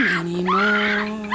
anymore